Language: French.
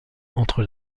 entre